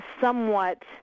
somewhat